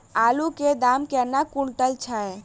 आलु केँ दाम केना कुनटल छैय?